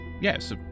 Yes